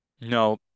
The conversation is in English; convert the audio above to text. No